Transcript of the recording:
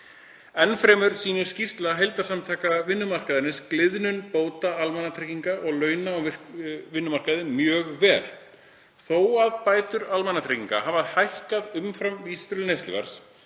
Enn fremur sýnir skýrsla heildarsamtaka vinnumarkaðarins gliðnun bóta almannatrygginga og launa á vinnumarkaði mjög vel. Þó að bætur almannatrygginga hafi hækkað umfram vísitölu neysluverðs